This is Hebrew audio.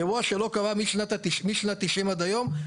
אירוע שלא קרה משנות התשעים עד היום,